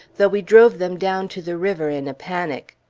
though we drove them down to the river in a panic.